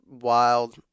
wild